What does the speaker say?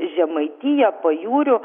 žemaitija pajūriu